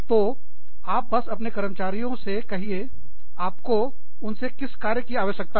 तो आप बस अपने कर्मचारियों से कहिए आपको उनसे किस कार्य की आवश्यकता है